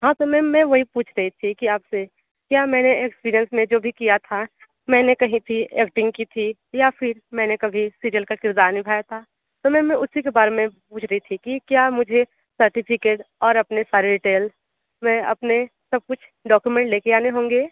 हाँ तो मैम मैं वहीं पूछ रही थी कि आपसे क्या मैंने एक्सपीरियंस में जो भी किया था मैंने कहीं थी एक्टिंग की थी या फिर मैंने कभी सीरियल का किरदार निभाया था तो मैम मैं उसी के बारे में पूछ रही थी कि क्या मुझे सर्टिफिकेट और अपने सारे डिटेल्स में अपने सब कुछ डॉक्यूमेंट लेकर आने होंगे